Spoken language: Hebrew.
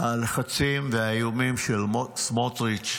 מהלחצים ומהאיומים של סמוטריץ'